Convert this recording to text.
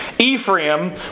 Ephraim